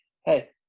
hey